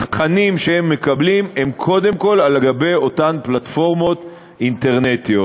התכנים שהם מקבלים הם קודם כול על אותן פלטפורמות אינטרנטיות.